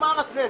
נגמר הספר.